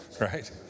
Right